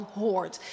hoort